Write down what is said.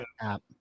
app